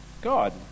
God